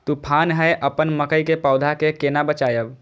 तुफान है अपन मकई के पौधा के केना बचायब?